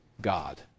God